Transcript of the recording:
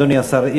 אדוני השר,